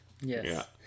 Yes